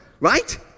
right